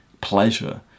pleasure